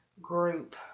group